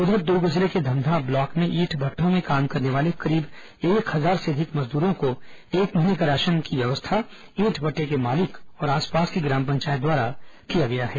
उधर दुर्ग जिले के धमधा ब्लॉक में ईंट भट्ठों में काम करने वाले करीब एक हजार से अधिक मजदूरों को एक महीने का राशन की व्यवस्था ईंट भट्ठे के मालिक और आसपास की ग्राम पंचायत द्वारा किया गया है